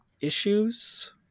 issues